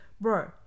bro